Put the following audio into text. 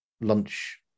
lunch